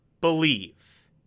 believe